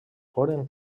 foren